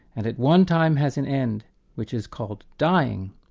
and at one time has an end which is called dying,